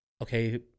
okay